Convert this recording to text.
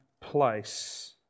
place